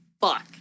fuck